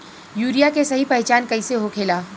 Urea के सही पहचान कईसे होखेला?